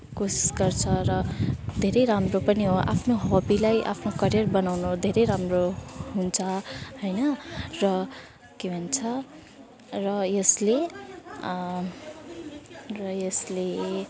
कोसिस गर्छ र धेरै राम्रो पनि हो आफ्नो हबीलाई आफ्नो करियर बनाउनु धेरै राम्रो हुन्छ होइन र के भन्छ र यसले र यसले